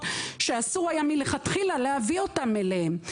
שאסור היה מלכתחילה להביא אותם אליהם.